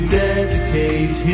dedicate